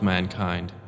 Mankind